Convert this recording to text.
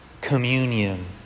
communion